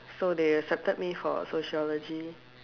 so they accepted me for sociology